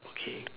K